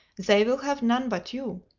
they will have none but you.